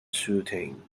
soothing